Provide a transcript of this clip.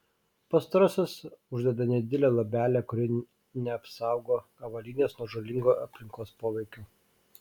pastarosios uždeda nedidelę luobelę kuri neapsaugo avalynės nuo žalingo aplinkos poveikio